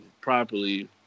properly